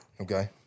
Okay